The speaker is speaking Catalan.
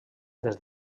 des